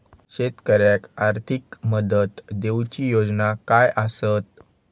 शेतकऱ्याक आर्थिक मदत देऊची योजना काय आसत?